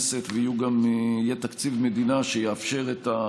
נניח, אני בא ואומר שמי שמתחיל בית ספר בכיתה א'